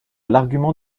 l’argument